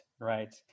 right